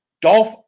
Dolph